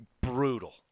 brutal